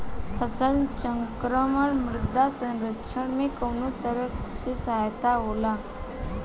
फसल चक्रण मृदा संरक्षण में कउना तरह से सहायक होला?